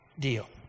deal